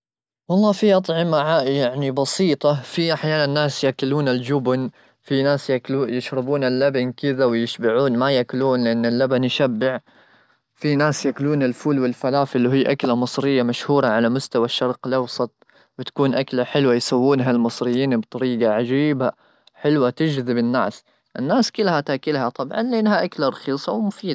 والله في اطعمه عاليه يعني بسيطه في احيانا ,الناس ياكلون الجبن ,في ناس ياكلون يشربون اللبن كذا ويشبع ما ياكلون ان اللبن يشبع في ناس ياكلون الفول والفلافل وهي اكله مصريه مشهوره على مستوى الشرق الاوسط وتكون اكله حلوه يسوونها المصريين بطريقه عجيبه حلوه تجذب الناس ,الناس كلها تاكلها طبعا لانها اكله رخيصه ومفيده.